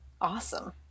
awesome